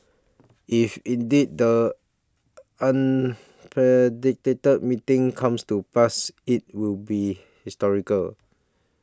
if indeed the unpredicted meeting comes to pass it will be historical